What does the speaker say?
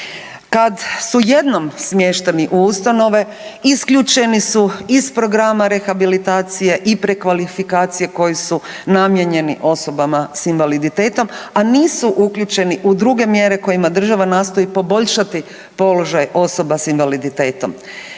Kad su jednom smješteni u ustanove isključeni su iz programa rehabilitacije i prekvalifikacije koji su namijenjeni osobama s invaliditetom, a nisu uključeni u druge mjere kojima država nastoji poboljšati položaj osoba s invaliditetom.